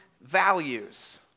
values